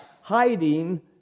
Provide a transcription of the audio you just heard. hiding